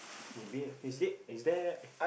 maybe a visit is there